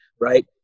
right